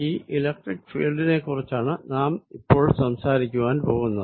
ഈ ഇലക്ട്രിക്ക് ഫീല്ഡിനെ കുറിച്ചാണ് നാം ഇപ്പോൾ സംസാരിക്കുവാൻ പോകുന്നത്